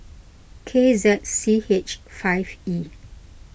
K Z C H five E